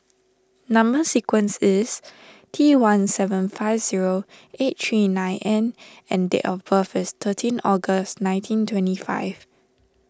Number Sequence is T one seven five zero eight three nine N and date of birth is thirteen August nineteen twenty five